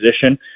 position